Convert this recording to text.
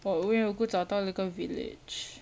我无缘无故找到了一个 village